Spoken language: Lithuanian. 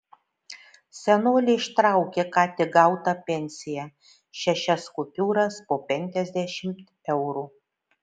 senolė ištraukė ką tik gautą pensiją šešias kupiūras po penkiasdešimt eurų